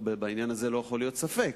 בעניין הזה לא יכול להיות ספק.